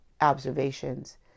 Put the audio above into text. observations